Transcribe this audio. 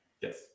Yes